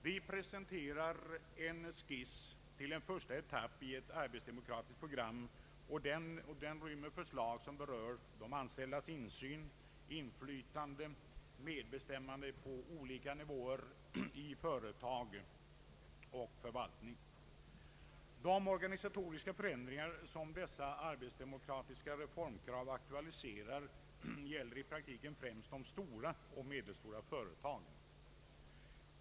Vi presenterar en skiss till en första etapp i ett arbetsdemokratiskt program, och den rymmer förslag som berör de anställdas insyn, inflytande och medbestämmande på olika nivåer i företag och förvaltning. De organisatoriska förändringar som dessa arbetsdemokratiska reformkrav aktualiserar gäller i praktiken främst de stora och medelstora företagen.